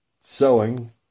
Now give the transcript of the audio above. sewing